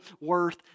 worth